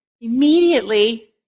Immediately